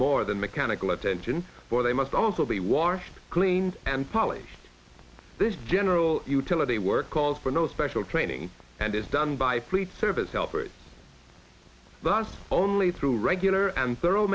more than mechanical attention for they must also be washed clean and polished this general utility work for no special training and is done by fleet service helpers thus only through regular and thoro